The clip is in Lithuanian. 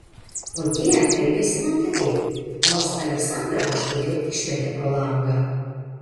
o tie elgėsi mandagiai nors aleksandrą kažkodėl išmetė pro langą